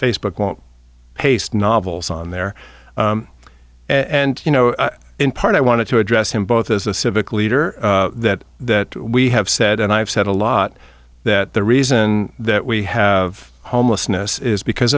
facebook won't paste novels on there and you know in part i wanted to address him both as a civic leader that that we have said and i've said a lot that the reason that we have homelessness is because